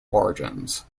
origins